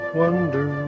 wonder